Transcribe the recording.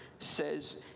says